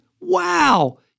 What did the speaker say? Wow